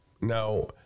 now